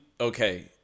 okay